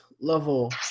level